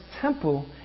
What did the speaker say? temple